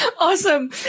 Awesome